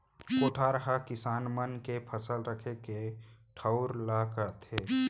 कोठार हकिसान मन के फसल रखे के ठउर ल कथें